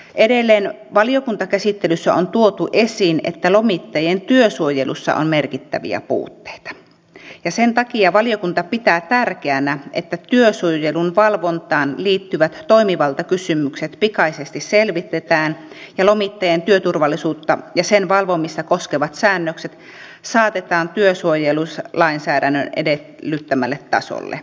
edelleen valiokuntakäsittelyssä on tuotu esiin että lomittajien työsuojelussa on merkittäviä puutteita ja sen takia valiokunta pitää tärkeänä että työsuojelun valvontaan liittyvät toimivaltakysymykset pikaisesti selvitetään ja lomittajien työturvallisuutta ja sen valvomista koskevat säännökset saatetaan työsuojelulainsäädännön edellyttämälle tasolle